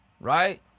right